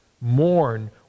Mourn